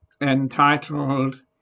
entitled